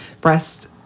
Breast